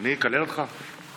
אני נותן לך חמש